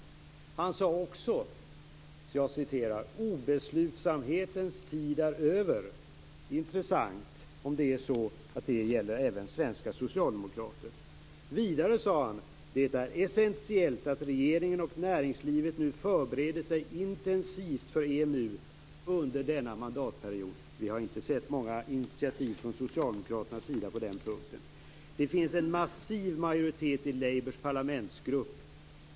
Gordon Brown sade också följande: Obeslutsamhetens tid är över. Det är intressant om det även gäller svenska socialdemokrater. Vidare sade han att det är essentiellt att regeringen och näringslivet förbereder sig intensivt för EMU under denna mandatperiod. Vi har inte sett många initiativ från Socialdemokraternas sida på den punkten. Det finns en massiv majoritet i Labours parlamentsgrupp.